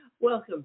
Welcome